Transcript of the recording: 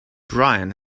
brian